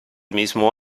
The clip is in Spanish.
mismo